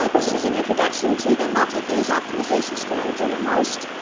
ah this is an introduction to the multi-phase optimization strategy, or most,